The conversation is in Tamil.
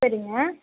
சரிங்க